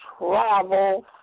travel